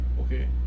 Okay